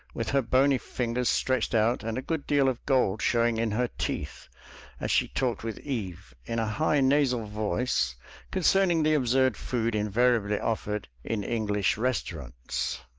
with her bony fingers stretched out and a good deal of gold showing in her teeth as she talked with eve in a high nasal voice concerning the absurd food invariably offered in english restaurants.